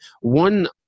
One